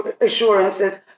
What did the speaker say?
assurances